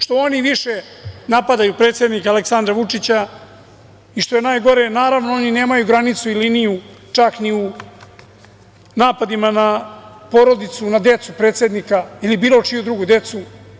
Što oni više napadaju predsednika Aleksandra Vučića, i što je najgore, naravno oni nemaju granicu i liniju čak ni u napadima na porodicu, na decu predsednika ili bilo čiju drugu decu.